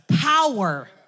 power